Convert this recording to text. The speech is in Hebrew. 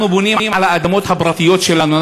אנחנו בונים על האדמות הפרטיות שלנו,